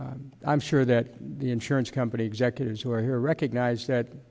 i'm sure that the insurance company executives who are here recognize that